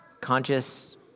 conscious